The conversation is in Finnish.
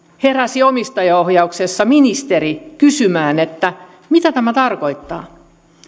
heräsi omistajaohjauksessa ministeri kysymään mitä tämä tarkoittaa